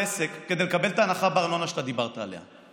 עסק כדי לקבל את ההנחה בארנונה שאתה דיברת עליה.